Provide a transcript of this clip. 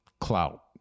clout